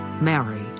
Mary